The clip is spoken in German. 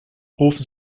rufen